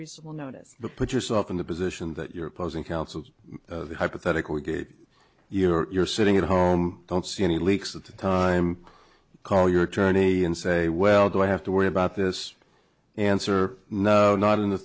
reasonable notice the put yourself in the position that your opposing counsel hypothetically gave you're sitting at home don't see any leaks at the time you call your attorney and say well do i have to worry about this answer no not in the